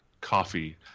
coffee